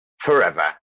forever